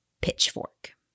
Pitchfork